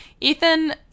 Ethan